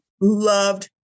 loved